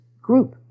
group